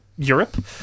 Europe